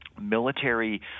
military